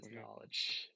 knowledge